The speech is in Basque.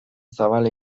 zabala